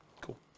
Cool